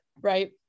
right